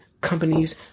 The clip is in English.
companies